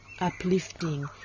uplifting